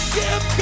give